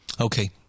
Okay